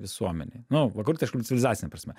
visuomenėj nu vakarų tai aišku civilizacine prasme